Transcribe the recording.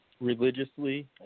religiously